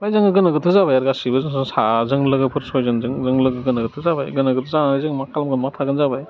ओमफ्राय जों गोनो गोथो जाबाय आरो गासिबो जों लोगोफोर सयजनजों जों लोगो गोनो गोथो जाबाय गोनो गोथो जानानै जों मा खालामगोन मा थागोन जाबाय